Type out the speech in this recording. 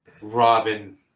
robin